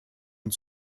und